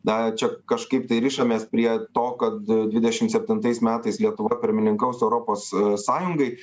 na čia kažkaip tai rišamės prie to kad dvidešim septintais metais lietuva pirmininkaus europos sąjungai